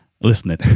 listening